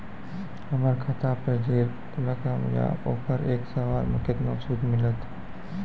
हमर खाता पे जे रकम या ओकर एक साल मे केतना सूद मिलत?